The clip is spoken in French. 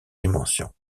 dimensions